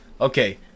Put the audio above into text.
Okay